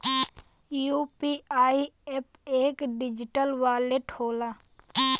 UPI app एक digital wallet होला